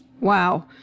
Wow